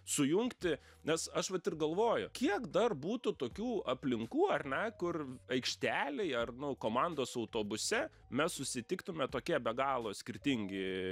sujungti nes aš vat ir galvoju kiek dar būtų tokių aplinkų ar ne kur aikštelėje ar nu komandos autobuse mes susitiktume tokie be galo skirtingi